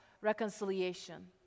reconciliation